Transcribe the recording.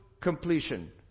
completion